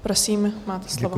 Prosím, máte slovo.